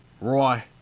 Roy